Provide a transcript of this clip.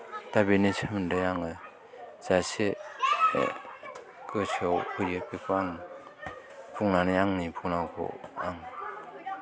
दा बेनि सोमोन्दै आङो जा एसे गोसोआव फैयो बेखौ आं बुंनानै आंनि बुंनांगौखौ आं